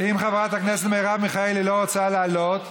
אם חברת הכנסת מיכאלי לא רוצה לעלות,